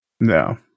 No